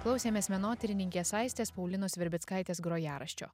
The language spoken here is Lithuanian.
klausėmės menotyrininkės aistės paulinos virbickaitės grojaraščio